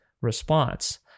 response